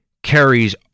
carries